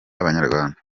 abanyarwanda